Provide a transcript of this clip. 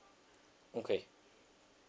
okay